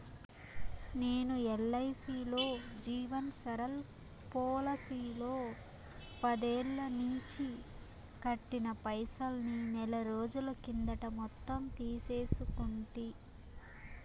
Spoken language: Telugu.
నేను ఎల్ఐసీలో జీవన్ సరల్ పోలసీలో పదేల్లనించి కట్టిన పైసల్ని నెలరోజుల కిందట మొత్తం తీసేసుకుంటి